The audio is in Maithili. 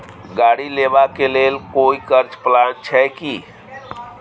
गाड़ी लेबा के लेल कोई कर्ज प्लान छै की?